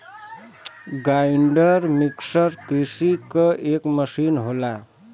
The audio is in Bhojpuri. ग्राइंडर मिक्सर कृषि क एक मसीन होला